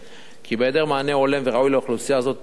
כי בהיעדר מענה הולם וראוי לאוכלוסייה הזאת תהיינה